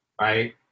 right